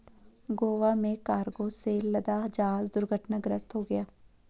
गोवा में कार्गो से लदा जहाज दुर्घटनाग्रस्त हो गया